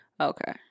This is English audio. Okay